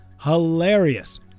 Hilarious